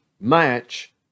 match